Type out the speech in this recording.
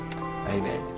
Amen